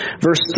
Verse